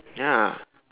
ya